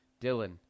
Dylan